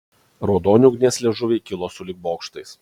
raudoni ugnies liežuviai kilo sulig bokštais